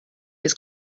his